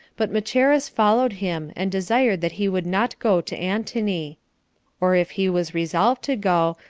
but macheras followed him, and desired that he would not go to antony or if he was resolved to go,